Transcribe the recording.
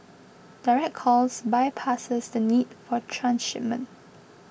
direct calls bypasses the need for transshipment